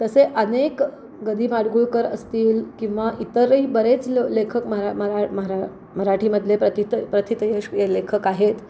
तसे अनेक ग दि माडगुळकर असतील किंवा इतरही बरेच ल लेखक महा महा मरा मराठीमधले प्रथित प्रथितयश लेखक आहेत